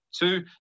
Two